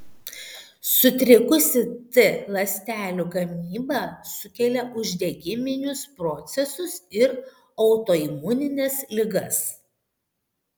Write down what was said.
sutrikusi t ląstelių gamyba sukelia uždegiminius procesus ir autoimunines ligas